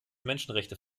menschenrechte